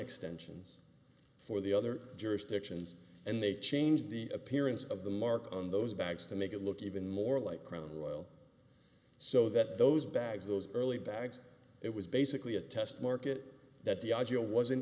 extensions for the other jurisdictions and they changed the appearance of the mark on those bags to make it look even more like crown royal so that those bags those early bags it was basically a test market that the